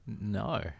No